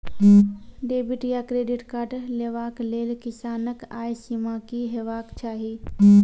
Debit या credit card लेवाक लेल किसानक आय सीमा की हेवाक चाही?